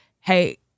hey